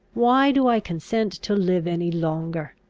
why do i consent to live any longer?